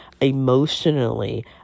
emotionally